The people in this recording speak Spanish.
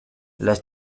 las